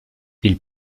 ils